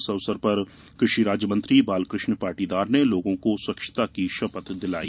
इस अवसर पर कृषि राज्यमंत्री बालकृष्ण पाटीदार ने लोगों को स्वच्छता की शपथ दिलाई